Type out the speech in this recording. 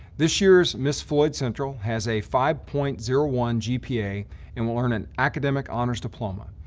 this year's miss floyd central has a five point zero one gpa and will earn an academic honors diploma.